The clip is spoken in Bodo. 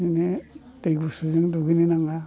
बिदिनो दै गुसुजों दुगैनो नाङा